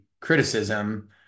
criticism